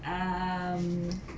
um